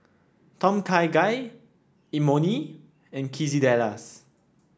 Tom Kha Gai Imoni and Quesadillas